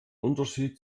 unterschied